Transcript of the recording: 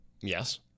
Yes